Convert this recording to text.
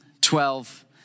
twelve